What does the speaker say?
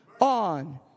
on